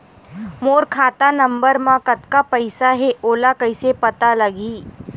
मोर खाता नंबर मा कतका पईसा हे ओला कइसे पता लगी?